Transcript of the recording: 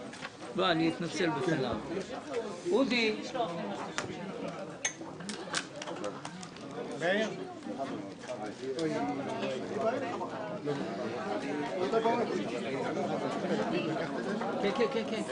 הישיבה ננעלה בשעה 12:40.